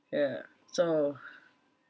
ya so